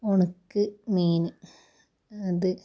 ഒണക്ക് മീൻ അത്